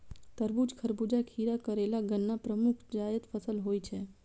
तरबूज, खरबूजा, खीरा, करेला, गन्ना प्रमुख जायद फसल होइ छै